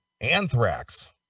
Anthrax